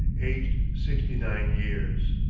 aged sixty-nine years.